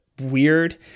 weird